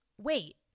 wait